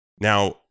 Now